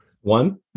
One